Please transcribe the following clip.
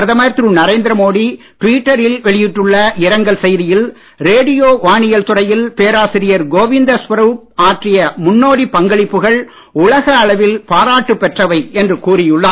பிரதமர் திரு நரேந்திர மோடி டுவிட்டரில் வெளியிட்டுள்ள இரங்கல் செய்தியில் ரேடியோ வானியல் துறையில் பேராசிரியர் கோவிந்த ஸ்வரூப் ஆற்றிய முன்னோடிப் பங்களிப்புகள் உலக அளவில் பாராட்டு பெற்றவை என்று கூறி உள்ளார்